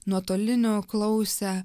nuotoliniu klausę